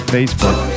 Facebook